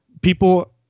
people